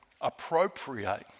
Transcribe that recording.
appropriate